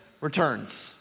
returns